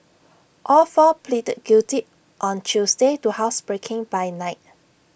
all four pleaded guilty on Tuesday to housebreaking by night